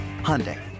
Hyundai